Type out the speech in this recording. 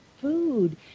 food